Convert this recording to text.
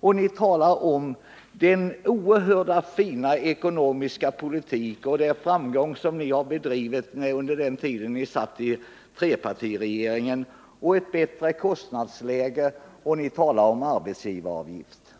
när ni talar om den oerhört fina ekonomiska politik som ni så framgångsrikt har bedrivit under den tid ni satt i trepartiregeringen. Ni talar vidare om ett bättre kostnadsläge och om arbetsgivaravgiften.